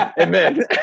Amen